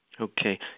Okay